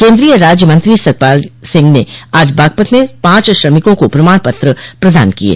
केन्द्रीय राज्य मंत्री सत्यपाल सिंह ने आज बागपत में पांच श्रमिकों को प्रमाण पत्र प्रदान किये